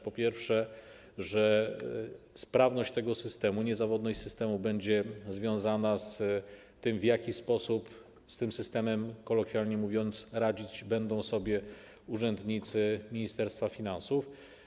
Po pierwsze, sprawność tego systemu, niezawodność systemu będzie związana z tym, w jaki sposób z tym systemem, kolokwialnie mówiąc, będą sobie radzić urzędnicy Ministerstwa Finansów.